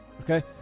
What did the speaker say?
Okay